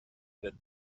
that